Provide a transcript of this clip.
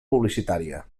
publicitària